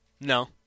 No